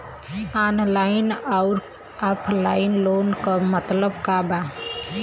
Online अउर offline loan क मतलब का बा?